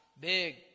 Big